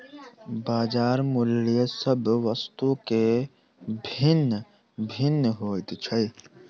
बजार मूल्य सभ वस्तु के भिन्न भिन्न होइत छै